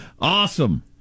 Awesome